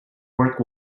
work